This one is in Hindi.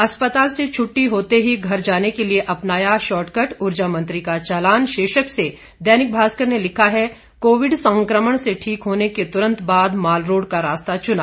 अस्पताल से छुटटी होते ही घर जाने के लिए अपनाया शॉटकर्ट उर्जा मंत्री का चालान शीर्षक से दैनिक भास्कर ने लिखा है कोविड संक्रमण से ठीक होने के तुरंत बाद मालरोड का रास्ता चुना